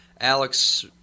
Alex